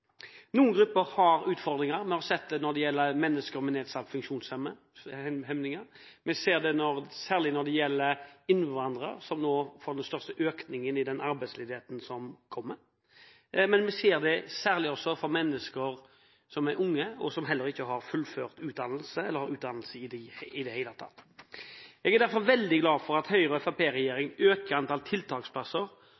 Noen grupper har utfordringer. Vi har sett det hos mennesker med funksjonshemninger. Vi ser det særlig hos innvandrere, som rammes av den største økningen i arbeidsledigheten som kommer. Men vi ser det også særlig hos mennesker som er unge, og som ikke har fullført utdannelse, eller som ikke har utdannelse i det hele tatt. Jeg er derfor veldig glad for at